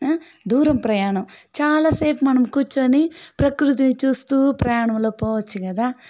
దూరం ప్రయాణం చాలా సేపు మనం కూర్చుని ప్రకృతిని చూస్తు ప్రయాణంలో పోవచ్చు కదా